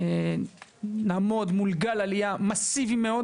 ואנחנו נעמוד מול גל עלייה מסיבי מאוד